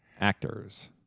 actors